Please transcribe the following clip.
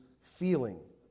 feeling